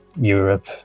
Europe